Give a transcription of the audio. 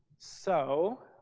so